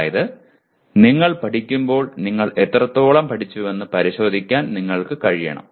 അതായത് നിങ്ങൾ പഠിക്കുമ്പോൾ നിങ്ങൾ എത്രത്തോളം പഠിച്ചുവെന്ന് പരിശോധിക്കാൻ നിങ്ങൾക്ക് കഴിയണം